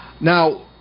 Now